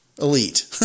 Elite